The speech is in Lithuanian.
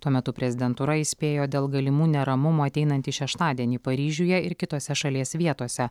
tuo metu prezidentūra įspėjo dėl galimų neramumų ateinantį šeštadienį paryžiuje ir kitose šalies vietose